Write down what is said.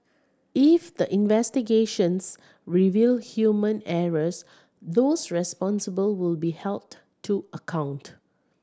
if the investigations reveal human errors those responsible will be held to account